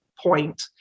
point